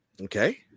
Okay